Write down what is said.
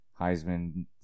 Heisman